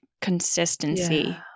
consistency